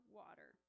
water